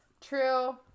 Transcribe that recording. true